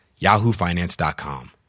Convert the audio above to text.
yahoofinance.com